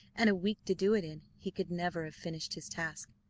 and a week to do it in, he could never have finished his task.